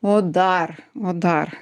o dar o dar